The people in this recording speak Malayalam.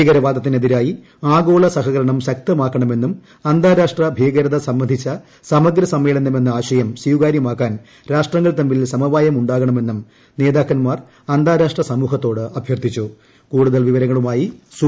ഭീകരവാദത്തിനെതിരായി ആഗോള സഹകരണം ശക്തമാക്കണമെന്നും അന്താരാഷ്ട്ര ഭീകരത സംബന്ധിച്ച സമഗ്ര സമ്മേളനം എന്ന ആശയം സ്വീക്ടാര്യമാക്കാൻ രാഷ്ട്രങ്ങൾ തമ്മിൽ സമവായം ഉണ്ടാക്കണമെന്നും നേതാക്കന്മാർ അന്താരാഷ്ട്ര സമൂഹത്തോട് അഭ്യർത്ഥിച്ചു